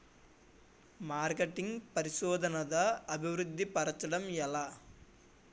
marketing పరిశోధనదా అభివృద్ధి పరచడం ఎలా